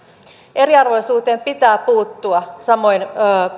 eriarvoisuuteen pitää puuttua samoin